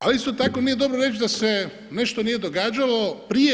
Ali isto tako nije dobro reći da se nešto nije događalo prije.